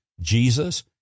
Jesus